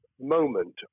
moment